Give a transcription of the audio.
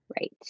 Right